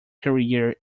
career